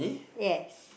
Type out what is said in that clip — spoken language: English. yes